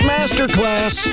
Masterclass